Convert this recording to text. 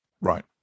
right